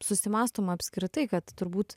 susimąstoma apskritai kad turbūt